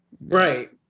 Right